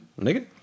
nigga